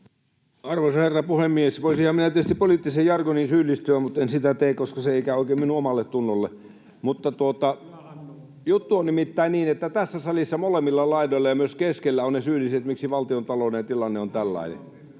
Arvoisa herra puhemies! Voisinhan minä tietysti poliittiseen jargoniin syyllistyä, mutta en sitä tee, koska se ei käy oikein minun omalletunnolleni. Juttu on nimittäin niin, että tässä salissa molemmilla laidoilla ja myös keskellä ovat ne syylliset siihen, miksi valtiontalouden tilanne on tällainen.